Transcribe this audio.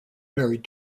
married